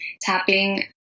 tapping